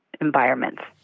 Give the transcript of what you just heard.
environments